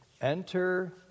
Enter